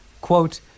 quote